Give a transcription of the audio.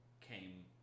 came